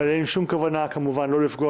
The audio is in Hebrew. אבל אין לי שום כוונה כמובן לא לפגוע